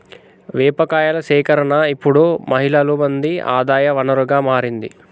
వేప కాయల సేకరణ ఇప్పుడు మహిళలు మంది ఆదాయ వనరుగా మారింది